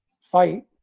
fight